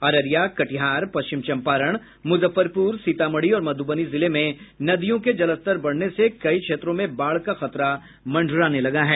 अररिया कटिहार पश्चिम चंपारण मुजफ्फरपुर सीतामढ़ी और मधुबनी जिले में नदियों के जलस्तर बढ़ने से कई क्षेत्रों में बाढ़ का खतरा मंडराने लगा है